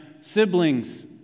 siblings